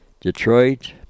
Detroit